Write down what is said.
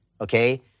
okay